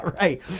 Right